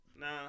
Nah